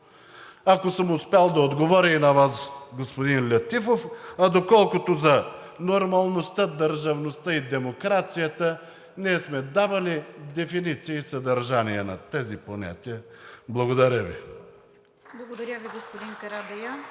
ако съм успял да отговоря и на Вас, господин Летифов. Доколкото за нормалността, държавността и демокрацията – ние сме давали дефиниции и съдържание на тези понятия. Благодаря Ви. (Ръкопляскания